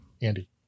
Andy